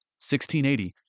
1680